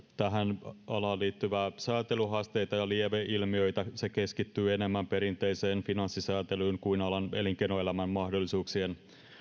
tähän alaan liittyviä sääntelyhaasteita ja lieveilmiöitä lainsäädäntö keskittyy enemmän perinteiseen finanssisääntelyyn kuin alan elinkeinoelämän mahdollisuuksien